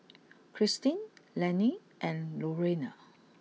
Cristine Lenny and Lorayne